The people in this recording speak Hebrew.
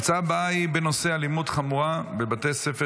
ההצעה הבאה היא בנושא: אלימות חמורה בבתי ספר